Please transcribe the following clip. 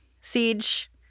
Siege